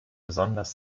besonders